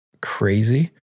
crazy